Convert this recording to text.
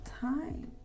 time